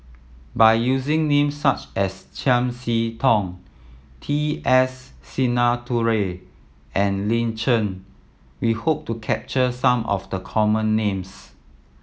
by using names such as Chiam See Tong T S Sinnathuray and Lin Chen we hope to capture some of the common names